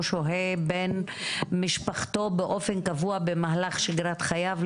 שוהה בן משפחתו באופן קבוע במהלך שגרת חייו,